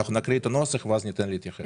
הנוסח נמצא